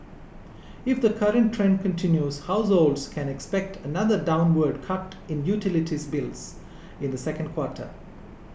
if the current trend continues households can expect another downward cut in utilities bills in the second quarter